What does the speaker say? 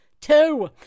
Two